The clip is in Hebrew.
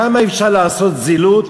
כמה אפשר לעשות זילות